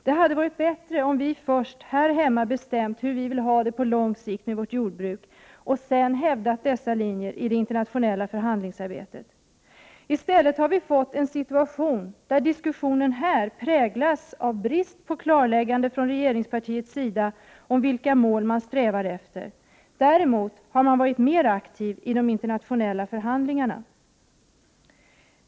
Det hade varit bättre om vi först här hemma bestämt hur vi på lång sikt vill ha det med vårt jordbruk, och att vi sedan hävdat dessa linjer i internationella förhandlingar. Vi har i stället fått en situation där diskussionen i Sverige präglats av brist på klarlägganden från regeringspartiets sida om vilka mål man strävar efter. Man har däremot varit mer aktiv i de internationella förhandlingarna.